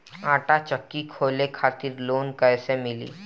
आटा चक्की खोले खातिर लोन कैसे मिली?